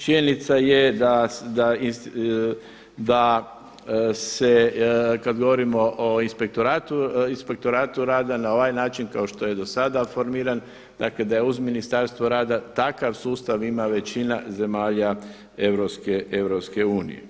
Činjenica je da se kada govorimo o inspektoratu, Inspektoratu rada na ovaj način kao što je do sada formiran, dakle da uz Ministarstvo rada takav sustav ima većina zemalja EU.